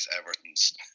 Everton's